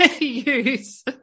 use